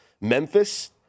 Memphis